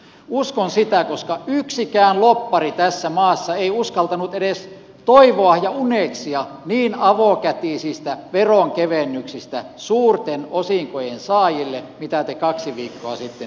uskon siihen koska yksikään lobbari tässä maassa ei uskaltanut edes toivoa ja uneksia niin avokätisistä veronkevennyksistä suurten osinkojen saajille mitä te kaksi viikkoa sitten esititte